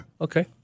Okay